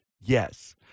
yes